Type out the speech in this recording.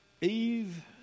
Eve